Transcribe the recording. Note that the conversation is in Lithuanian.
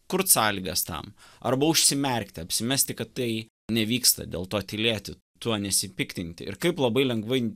kurt sąlygas tam arba užsimerkti apsimesti kad tai nevyksta dėl to tylėti tuo nesipiktinti ir kaip labai lengvai